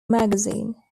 magazine